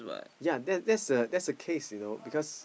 yea that that's the that's the case you know because